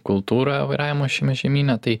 kultūra vairavimo šiame žemyne tai